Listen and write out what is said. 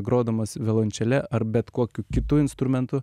grodamas violončele ar bet kokiu kitu instrumentu